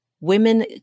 Women